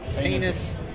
penis